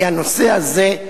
כי הנושא הזה,